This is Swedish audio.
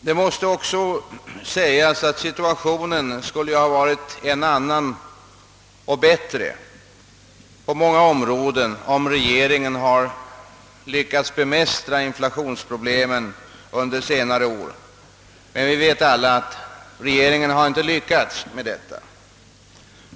Det måste också sägas att situationen skulle ha varit en annan och bättre på många områden om regeringen hade lyckats bemästra inflationsproblemen under senare år. Men vi vet alla att regeringen inte lyckats med detta.